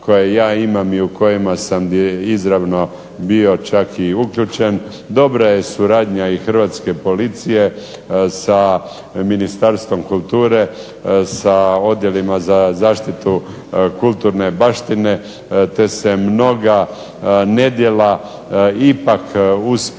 koje ja imam i u kojima sam i izravno bio čak i uključen. Dobra je suradnja i hrvatske policije sa Ministarstvom kulture, sa odjelima za zaštitu kulturne baštine, te se mnoga nedjela ipak uspijevaju